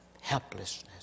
helplessness